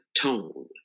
tone